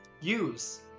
use